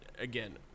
Again